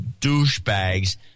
douchebags